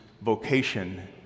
vocation